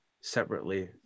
separately